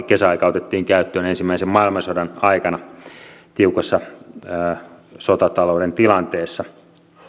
kesäaika otettiin käyttöön ensimmäisen maailmansodan aikana tiukassa sotatalouden tilanteessa